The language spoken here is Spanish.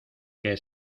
que